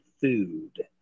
food